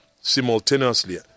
simultaneously